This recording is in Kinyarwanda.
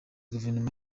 guverinoma